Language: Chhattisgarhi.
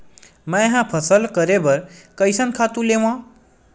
मैं ह फसल करे बर कइसन खातु लेवां?